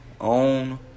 own